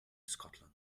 scotland